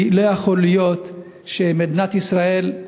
כי לא יכול להיות שמדינת ישראל,